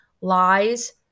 lies